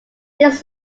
this